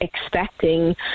expecting